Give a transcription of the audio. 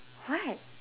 what